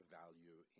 value